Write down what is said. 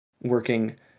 working